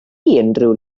unrhyw